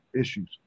issues